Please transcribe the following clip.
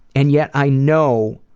and yet i know